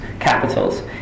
capitals